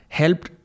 helped